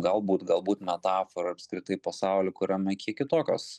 galbūt galbūt metafora apskritai pasauly kuriame kiek kitokios